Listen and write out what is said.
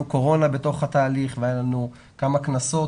קורונה בתוך התהליך והיו לנו כמה כנסות